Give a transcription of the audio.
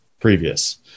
previous